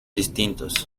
distintos